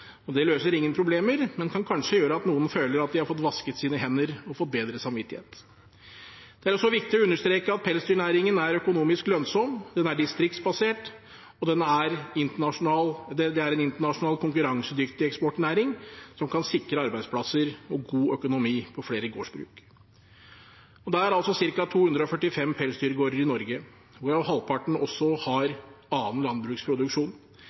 og det løser ingen problemer, men kan kanskje gjøre at noen føler at de har fått vasket sine hender og fått bedre samvittighet. Det er også viktig å understreke at pelsdyrnæringen er økonomisk lønnsom, den er distriktsbasert, og den er en internasjonalt konkurransedyktig eksportnæring som kan sikre arbeidsplasser og god økonomi for flere gårdsbruk. Det er ca. 245 pelsdyrgårder i Norge, hvorav halvparten også har annen landbruksproduksjon.